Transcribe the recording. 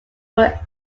were